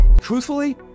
Truthfully